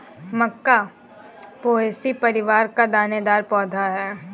मक्का Poaceae परिवार का दानेदार पौधा है